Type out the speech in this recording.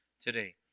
today